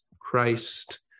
Christ